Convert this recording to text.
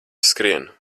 skrien